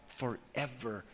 forever